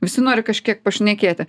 visi nori kažkiek pašnekėti